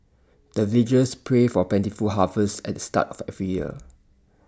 the villagers pray for plentiful harvest at the start of every year